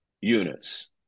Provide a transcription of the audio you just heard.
units